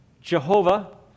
Jehovah